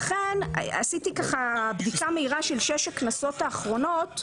ואכן עשיתי בדיקה מהירה של שש הכנסות האחרונות.